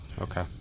okay